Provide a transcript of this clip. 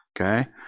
Okay